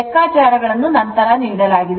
ಲೆಕ್ಕಾಚಾರಗಳನ್ನು ನಂತರ ನೀಡಲಾಗಿದೆ